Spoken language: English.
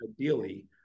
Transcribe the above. ideally